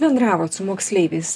bendravot su moksleiviais